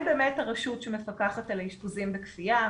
הם באמת הרשות שמפקחת על האשפוזים בכפייה.